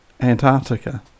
Antarctica